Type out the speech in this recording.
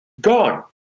gone